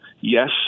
yes